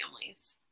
families